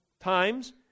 times